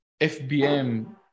FBM